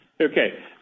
Okay